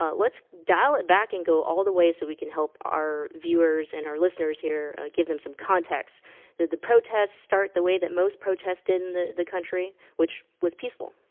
let's dial it back and go all the way so we can help our viewers and our listeners here give them some context did the protests start the way that most protested in the the country which was peaceful